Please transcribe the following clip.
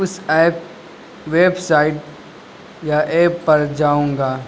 اس app website یا app پر جاؤں گا